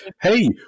hey